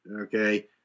okay